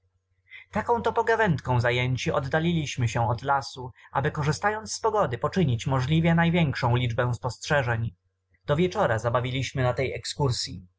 taką to pogawędką zajęci oddaliliśmy się do lasu aby korzystając z pogody poczynić możliwie największą liczbę spostrzeżeń do wieczora zabawiliśmy na tej ekskursyi